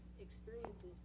experiences